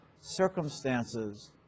circumstances